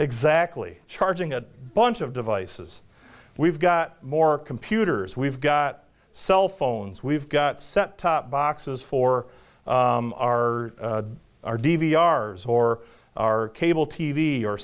exactly charging a bunch of devices we've got more computers we've got cell phones we've got set top boxes for our our d v r or our cable t v or